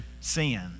sin